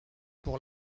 pour